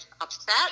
upset